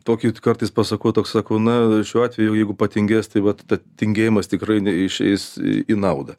tokį kartais pasakau toks sakau na šiuo atveju jeigu patingės tai vat ta tingėjimas tikrai neišeis į naudą